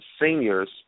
seniors